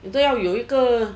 你都要有一个